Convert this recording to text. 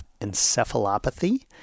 encephalopathy